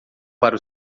para